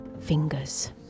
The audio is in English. fingers